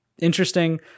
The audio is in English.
interesting